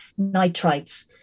nitrites